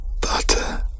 butter